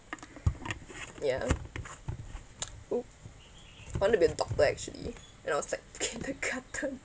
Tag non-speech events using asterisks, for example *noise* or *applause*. ya oh want to be a doctor actually when I was at kindergarten *laughs*